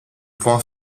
point